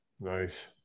Nice